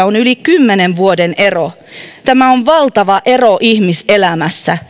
on yli kymmenen vuoden ero tämä on valtava ero ihmiselämässä